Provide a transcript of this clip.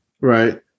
Right